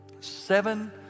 seven